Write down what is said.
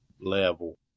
level